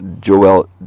Joel